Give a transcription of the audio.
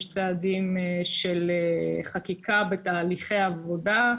יש צעדים של חקיקה בתהליכי עבודה,